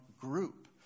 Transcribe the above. group